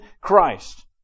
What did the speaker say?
Christ